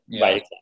right